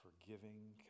forgiving